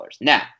Now